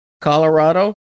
colorado